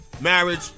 marriage